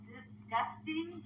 Disgusting